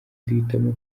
duhitamo